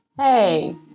Hey